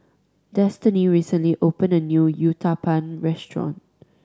Destiney recently opened a new Uthapam Restaurant